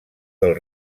del